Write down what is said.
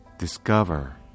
Discover